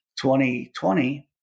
2020